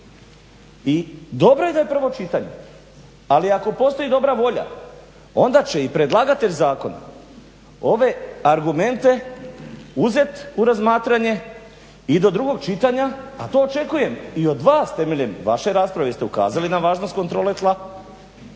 I dobro je da je prvo čitanje, ali ako postoji dobra volja onda će i predlagatelj zakona ove argumente uzet u razmatranje i do drugog čitanja, a to očekujem i od vas temeljem vaše rasprave jer ste ukazali na važnost kontrole tla